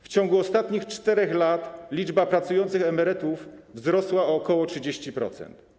W ciągu ostatnich 4 lat liczba pracujących emerytów wzrosła o ok. 30%.